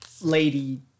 lady